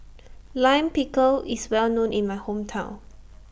Lime Pickle IS Well known in My Hometown